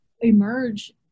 emerge